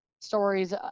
stories